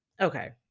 okay